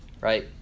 Right